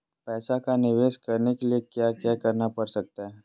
पैसा का निवेस करने के लिए क्या क्या करना पड़ सकता है?